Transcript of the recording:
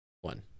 one